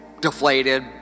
deflated